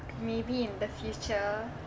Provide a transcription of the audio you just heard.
maybe in the future